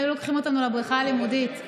היו לוקחים אותנו לבריכה הלימודית.